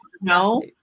No